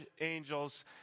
angels